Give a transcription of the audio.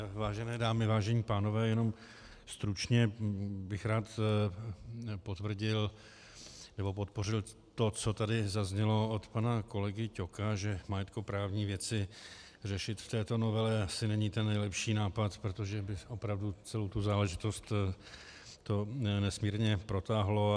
Vážené dámy, vážení pánové, jenom stručně bych rád potvrdil nebo podpořil to, co tady zaznělo od pana kolegy Ťoka, že majetkoprávní věci řešit v této novele asi není ten nejlepší nápad, protože by opravdu celou záležitost to nesmírně protáhlo.